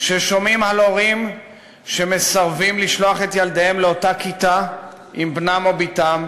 ששומעים על הורים שמסרבים לשלוח את ילדיהם לאותה כיתה עם בנם או בתם,